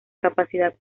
capacidad